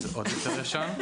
זה עוד יותר ישן.